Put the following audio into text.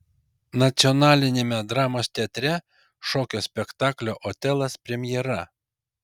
nacionaliniame dramos teatre šokio spektaklio otelas premjera